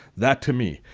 that, to me,